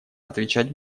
отвечать